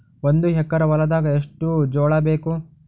ಒಂದು ಎಕರ ಹೊಲದಾಗ ಎಷ್ಟು ಜೋಳಾಬೇಕು?